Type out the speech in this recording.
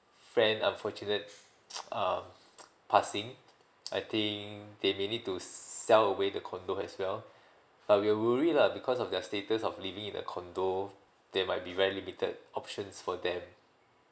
friend unfortunate uh passing I think they maybe need to sell away the condo as well but I'm worried lah because of their status of living in a condo there might be very limited options for them